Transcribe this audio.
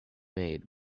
made